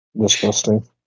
Disgusting